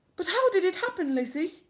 but how did it happen, lizzy?